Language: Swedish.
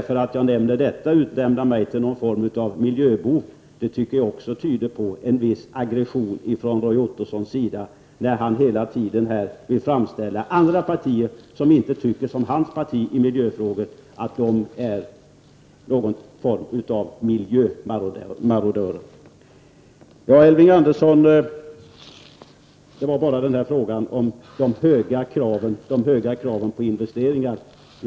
För att jag säger detta blir jag utnämnd till miljöbov. Det tycker jag tyder på en viss aggression från Roy Ottossons sida. Han vill hela tiden framställa andra partier, som inte tycker som hans parti i miljöfrågor, som miljömarodörer. Elving Andersson hade en fråga om de höga kraven på investeringar.